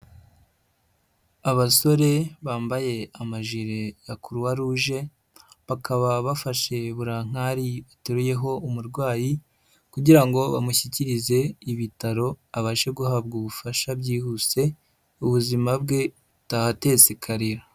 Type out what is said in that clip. Abasore bambaye amajire ya Croix rouge, bakaba bafashe burankari bateruyeho umurwayi kugira ngo bamushyikirize ibitaro abashe guhabwa ubufasha byihuse, ubuzima bwe butahatesikarira.